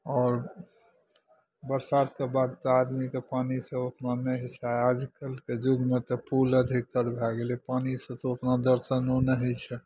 आओर बरसातके बाद तऽ आदमीके पानिसे ओतना नहि होइ छै आजकलके जुगमे तऽ पुल अधिकतर भए गेलै पानिसे तऽ ओतना दर्शनो नहि होइ छै